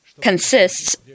consists